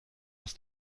ist